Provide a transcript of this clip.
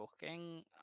Booking